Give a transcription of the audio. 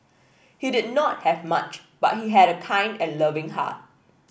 he did not have much but he had a kind and loving heart